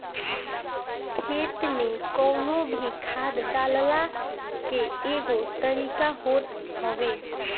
खेत में कवनो भी खाद डालला के एगो तरीका होत हवे